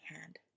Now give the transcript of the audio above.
hand